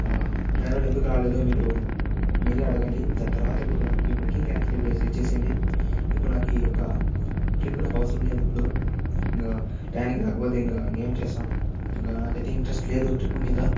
driver ఎందుకు రాలేదు మీరు మీరే అడగండి దాని తర్వాత ఇప్పుడు నాకు ఈ బుకింగ్ క్యాన్సిల్ చేసేయండి ఇప్పుడు నాకు ఈ యొక్క ట్రిప్ నాకు అవసరం లేదు ఇప్పుడు టయానికి రాకపోతే ఇంక ఏం చేస్తాం ఇంక నాకైతే ఇంట్రెస్ట్ లేదు ట్రిప్ మీద